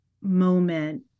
moment